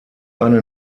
eine